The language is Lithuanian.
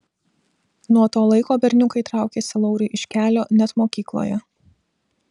nuo to laiko berniukai traukėsi lauriui iš kelio net mokykloje